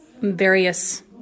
various